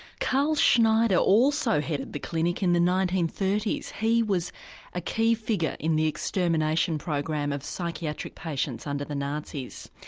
carl schneider also headed the clinic in the nineteen thirty s. he was a key figure in the extermination program of psychiatric patients under the nazis.